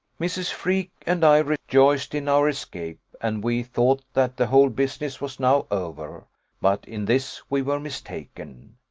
mrs. freke and i rejoiced in our escape, and we thought that the whole business was now over but in this we were mistaken.